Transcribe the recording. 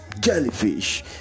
jellyfish